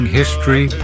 history